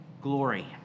Glory